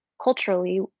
culturally